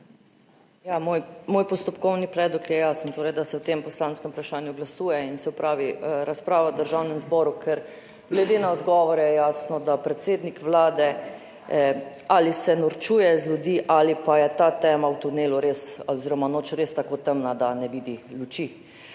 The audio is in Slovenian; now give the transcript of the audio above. moj postopkovni predlog je jasen – da se o tem poslanskem vprašanju glasuje in se opravi razprava v Državnem zboru, ker je glede na odgovore jasno, da se predsednik Vlade ali norčuje iz ljudi ali pa je ta tema v tunelu oziroma noč res tako temna, da ne vidi luči.